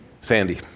Sandy